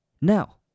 Now